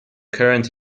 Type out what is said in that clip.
current